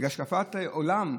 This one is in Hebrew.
בגלל השקפת עולם?